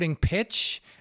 pitch